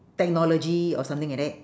technology or something like that